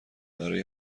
برای